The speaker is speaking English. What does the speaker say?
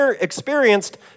experienced